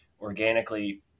organically